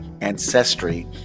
ancestry